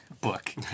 book